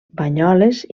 banyoles